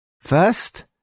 First